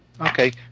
Okay